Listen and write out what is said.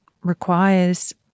requires